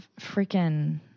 freaking